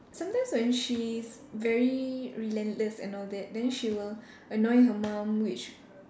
sometimes when she is very relentless and all that then she will annoy her mom which